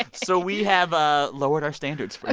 so we have ah lowered our standards for